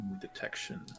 detection